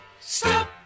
stop